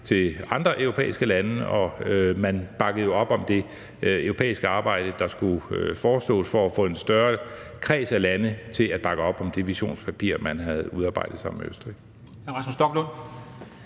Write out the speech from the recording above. til andre europæiske lande, og man bakkede jo op om det europæiske arbejde, der skulle forestås, for at få en større kreds af lande til at bakke op om det visionspapir, man havde udarbejdet sammen med Østrig.